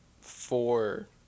four